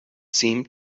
seemed